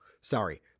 Sorry